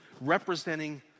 representing